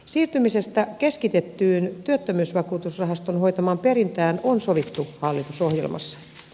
siirtymisestä keskitettyyn työttömyysvakuutusrahaston hoitamaan perintään on sovittu hallitusohjelmassa